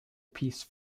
piece